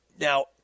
Now